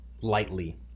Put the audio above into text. lightly